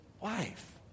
wife